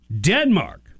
Denmark